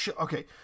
Okay